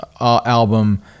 album